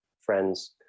friends